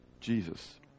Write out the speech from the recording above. Jesus